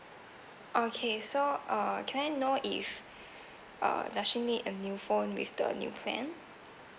okay so uh can I know if uh does she need a new phone with the new plan